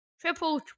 Triple